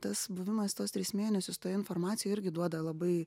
tas buvimas tuos tris mėnesius toj informacijoj irgi duoda labai